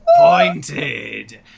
Pointed